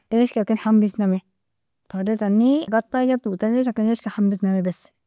Eayshka, ken hamisnami faidatani gatija totani edija ken eayshka hamisnami bas.